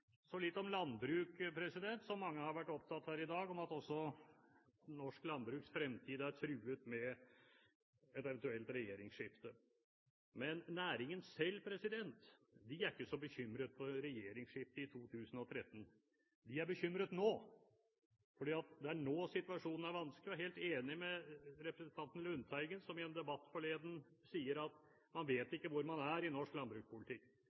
Så litt om landbruket som mange har vært opptatt av her i dag, at norsk landbruks fremtid er truet ved et eventuelt regjeringsskifte. Men næringen selv er ikke så bekymret for et regjeringsskifte i 2013. De er bekymret nå, for det er nå situasjonen er vanskelig. Jeg er helt enig med representanten Lundteigen som i en debatt forleden sa at man ikke vet hvor man er i norsk landbrukspolitikk.